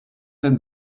den